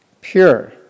pure